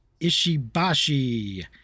Ishibashi